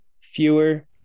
Fewer